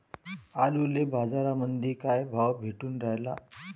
आलूले बाजारामंदी काय भाव भेटून रायला?